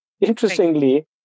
Interestingly